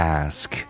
ask